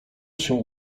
się